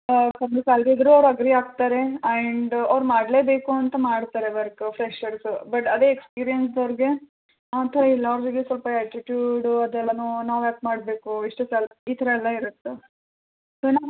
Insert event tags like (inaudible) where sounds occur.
ಕಮ್ಮಿ ಸ್ಯಾಲ್ರಿ ಇದ್ದರು ಅವ್ರು ಅಗ್ರೀ ಆಗ್ತಾರೆ ಆ್ಯಂಡ್ ಅವ್ರು ಮಾಡಲೇಬೇಕು ಅಂತ ಮಾಡ್ತಾರೆ ವರ್ಕು ಫ್ರೆಷರ್ಸು ಬಟ್ ಅದೆ ಎಕ್ಸ್ಪೀರಿಯೆನ್ಸ್ ಅವರಿಗೆ ಆಗ್ತಾಯಿಲ್ಲ ಅವರಿಗೆ ಸ್ವಲ್ಪ ಆ್ಯಟಿಟ್ಯೂಡು ಅದೆಲ್ಲಾ ನಾವ್ಯಾಕೆ ಮಾಡಬೇಕು ಇಷ್ಟು ಸ್ಯಾಲ್ ಈ ಥರ ಎಲ್ಲ ಇರುತ್ತೆ (unintelligible)